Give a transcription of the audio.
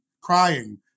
crying